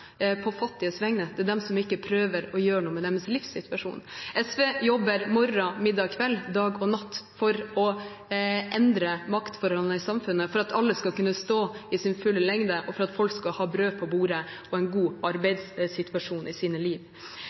på fattiges vegne, er de som ikke prøver å gjøre noe med livssituasjonen deres. SV jobber morgen, middag og kveld, dag og natt, for å endre maktforholdene i samfunnet, for at alle skal kunne stå i sin fulle lengde, og for at folk skal ha brød på bordet og en god arbeidssituasjon i sine liv.